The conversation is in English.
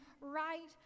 right